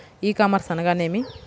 ఈ కామర్స్ అనగానేమి?